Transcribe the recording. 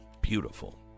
beautiful